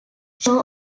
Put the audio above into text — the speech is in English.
show